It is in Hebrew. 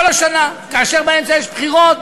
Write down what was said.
כל השנה, כאשר באמצע היו בחירות,